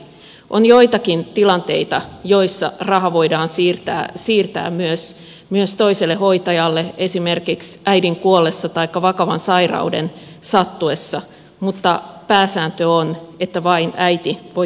on joitakin tilanteita joissa raha voidaan siirtää myös toiselle hoitajalle esimerkiksi äidin kuollessa taikka vakavan sairauden sattuessa mutta pääsääntö on että vain äiti voi käyttää äitiysrahan